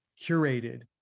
curated